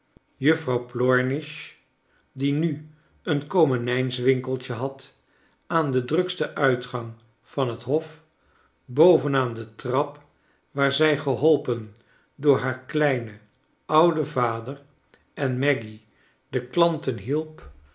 juffrouw plomish die nu een komenijswinkeltje had aan den druksten nitgang van het hof bovenaan de trap waar zij geholpen door haar kleinen ouden vader en maggy de klanten hielp